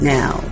now